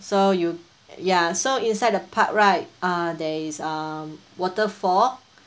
so you ya so inside the park right uh there is um waterfall